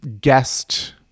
guest